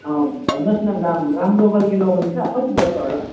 भन्नुहोस् न दाम राम्रो खालको लगाउनु क्या कति पर्छ होला